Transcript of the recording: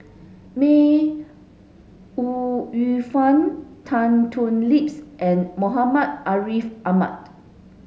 May Ooi Yu Fen Tan Thoon Lips and Muhammad Ariff Ahmad